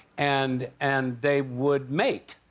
and and they would mate.